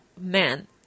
man